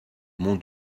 mon